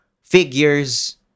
figures